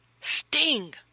sting